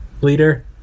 leader